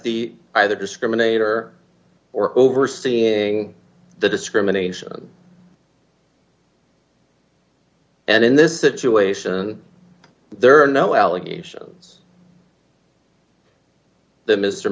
the either discriminator or overseeing the discrimination and in this situation there are no allegations that mr